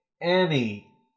Annie